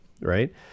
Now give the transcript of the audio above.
right